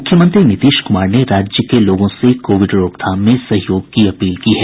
मुख्यमंत्री नीतीश क्मार ने राज्य के लोगों से कोविड रोकथाम में सहयोग की अपील की है